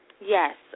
Yes